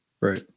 Right